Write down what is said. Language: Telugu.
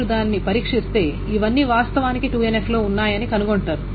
మీరు దానిని పరీక్షిస్తే ఇవన్నీ వాస్తవానికి 2NF లో ఉన్నాయని కనుగొంటారు